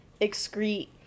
excrete